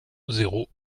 zéro